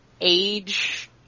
age